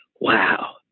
Wow